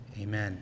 Amen